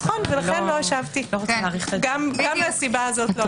נכון, לכן לא השבתי, גם מהסיבה הזאת.